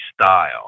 style